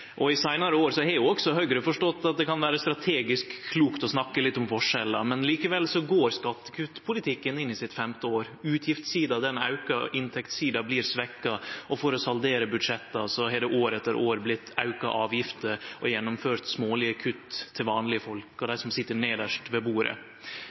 verkemiddel. I seinare år har jo også Høgre forstått at det kan vere strategisk klokt å snakke litt om forskjellar. Likevel går skattekuttpolitikken inn i sitt femte år. Utgiftssida aukar, og inntektssida blir svekt, og for å saldere budsjetta har ein år etter år auka avgifter og gjennomført smålege kutt for vanlege folk og